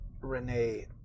Renee